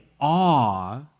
awe